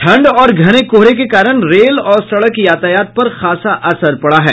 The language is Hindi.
ठंड और घने कोहरे के कारण रेल और सड़क यातायात पर खासा असर पड़ा है